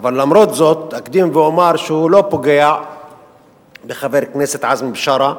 אבל למרות זאת אקדים ואומר שהוא לא פוגע בחבר הכנסת עזמי בשארה.